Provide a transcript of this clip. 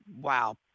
wow